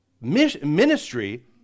ministry